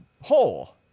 hole